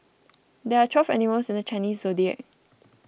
there are twelve animals in the Chinese zodiac